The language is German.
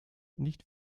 nicht